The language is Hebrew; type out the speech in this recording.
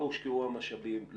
לא הושקעו המשאבים,